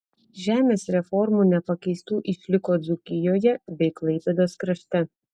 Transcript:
žemės reformų nepakeistų išliko dzūkijoje bei klaipėdos krašte